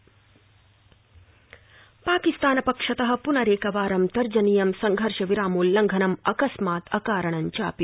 जम्मूकश्मीरम् पाकिस्तानपक्षत पुनरेकवारं तर्जनीयं संघर्षविरामोल्लंघनम अकस्मात अकारणं चापि